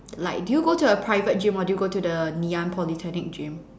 like do you go to a private gym or do you go to the ngee-ann polytechnic gym